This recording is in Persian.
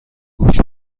گوش